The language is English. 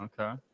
Okay